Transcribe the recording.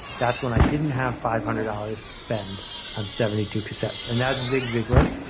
that's when i didn't have five hundred dollars to spend on seventy two cassettes. and that's zig ziglar.